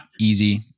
easy